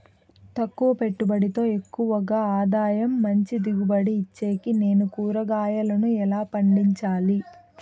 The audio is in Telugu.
తక్కువ పెట్టుబడితో ఎక్కువగా ఆదాయం మంచి దిగుబడి ఇచ్చేకి నేను కూరగాయలను ఎలా పండించాలి?